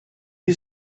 you